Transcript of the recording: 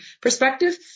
perspective